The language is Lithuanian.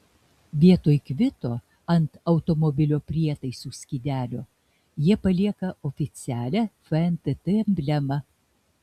vietoj kvito ant automobilio prietaisų skydelio jie palieka oficialią fntt emblemą